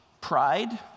pride